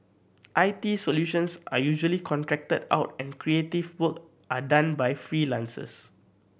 I T solutions are usually contracted out and creative work are done by freelancers